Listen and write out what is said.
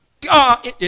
God